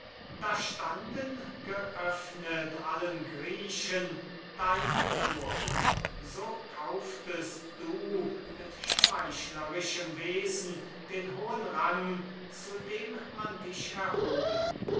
da standen geöffnet allen griechen deine thore so kauftest du mit schmeichlerischem wesen den hohen rang zu dem man dich erhoben